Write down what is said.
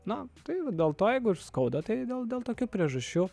na tai dėl to ir jeigu skauda tai dėl dėl tokių priežasčių